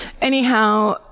anyhow